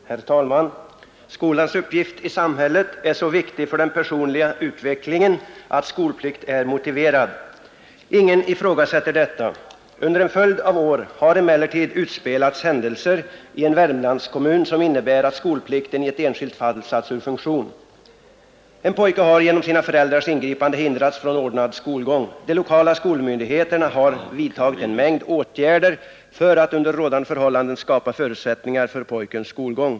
Herr talman! Skolans uppgift i samhället är så viktig för den personliga utvecklingen att skolplikt är motiverad. Ingen ifrågasätter detta. Under en följd av år har emellertid utspelats händelser i en Värmlandskommun som innebär att skolplikten i ett enskilt fall satts ur funktion. En pojke har genom sina föräldrars ingripande hindrats från ordnad skolgång. De lokala skolmyndigheterna har vidtagit en mängd åtgärder för att under rådande förhållanden skapa förutsättningar för pojkens skolgång.